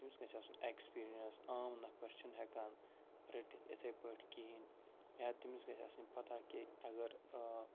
تٔمِس گَژھِ آسُن ایکٕسپیٖرینٕس عام نفر چھُنہٕ ہٮ۪کان رٔٹِتھ یِتھٕے پٲٹھۍ کِہیٖنٛۍ یا تٔمِس گَژھِ آسٕنۍ پتاہ کہِ اَگر